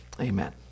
Amen